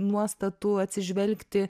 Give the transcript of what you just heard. nuostatų atsižvelgti